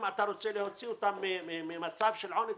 אם אתה רוצה להוציא אותם ממצב של עוני,